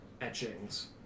etchings